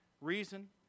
Reason